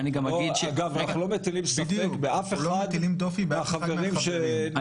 אגב, אנחנו לא מטילים ספק באף אחד מהחברים שנבחרו.